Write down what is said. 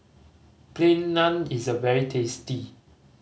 Plain Naan is very tasty